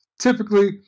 typically